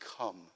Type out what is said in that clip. come